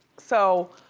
so